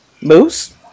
Moose